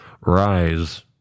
Rise